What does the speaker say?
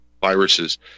viruses